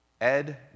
Ed